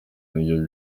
n’ibyo